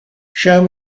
show